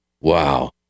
Wow